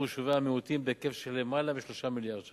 יישובי המיעוטים בהיקף של למעלה מ-3 מיליארד שקלים: